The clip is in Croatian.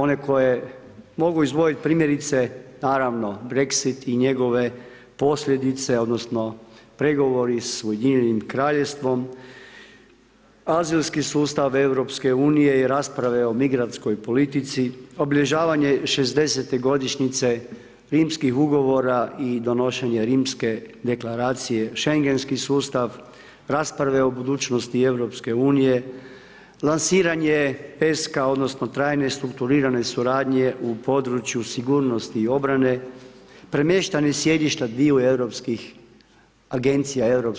One koje mogu izdvojiti primjerice naravno Brexit i njegove posljedice odnosno pregovori s UK, azilski sustav EU i rasprave o migrantskoj politici, obilježavanje 60. godišnjice Rimskih ugovora i donošenje Rimske deklaracije, schengenski sustav, rasprave o budućnosti EU, lansiranje … odnosno trajne strukturiranje suradnje u području sigurnosti i obrane, premještanje sjedišta dviju europskih agencija EU